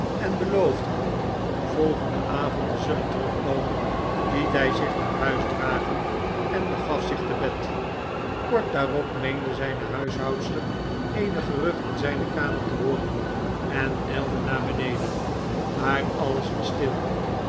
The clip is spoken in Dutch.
en beloofd hadden volgenden avond te zullen terugkomen liet hi zich naar huis dragen en begaf zich te bed kort daarop meende zijne huishoudster eenig gerucht in zijne kamer te hooren en ijlde naar beneden maar ailes was stil